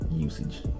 Usage